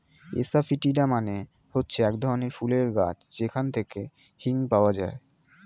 asafoetida মানে হচ্ছে এক ধরনের ফুলের গাছ যেখান থেকে হিং পাওয়া যায়